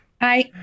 Hi